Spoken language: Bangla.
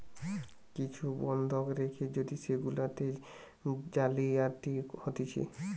কিছু বন্ধক রেখে যদি সেগুলাতে জালিয়াতি হতিছে